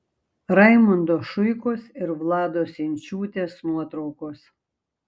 raimundo šuikos ir vlados inčiūtės nuotraukos